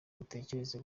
mutekereza